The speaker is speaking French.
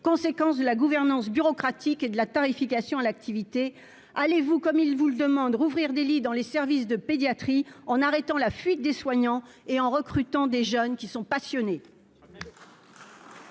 conséquence de la gouvernance bureaucratique et de la tarification à l'activité allez-vous comme il vous le demande, rouvrir des lits dans les services de pédiatrie en arrêtant la fuite des soignants et en recrutant des jeunes qui sont passionnés.